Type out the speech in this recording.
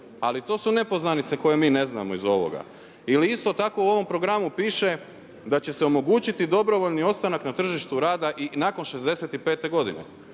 ali to su nepoznanice koje mi ne znamo iz ovoga. Ili isto tako u ovom programu piše da će se omogućiti dobrovoljni ostanak na tržištu rada i nakon 65 godine.